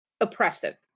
oppressive